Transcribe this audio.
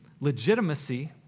legitimacy